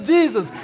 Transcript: Jesus